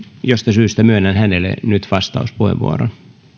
siitä syystä myönnän hänelle nyt vastauspuheenvuoron